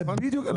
זה בדיוק העניין.